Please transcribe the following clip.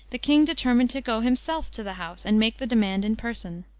the king determined to go himself to the house, and make the demand in person.